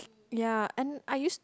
ya and I used